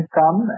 come